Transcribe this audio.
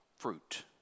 fruit